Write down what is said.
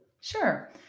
Sure